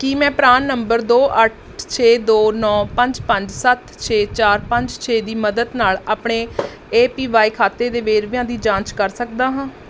ਕੀ ਮੈਂ PRAN number ਦੋ ਅੱਠ ਛੇ ਦੋ ਨੌ ਪੰਜ ਪੰਜ ਸੱਤ ਛੇ ਚਾਰ ਪੰਜ ਛੇ ਦੀ ਮਦਦ ਨਾਲ ਆਪਣੇ ਏ ਪੀ ਵਾਈ ਖਾਤੇ ਦੇ ਵੇਰਵਿਆਂ ਦੀ ਜਾਂਚ ਕਰ ਸਕਦਾ ਹਾਂ